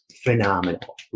Phenomenal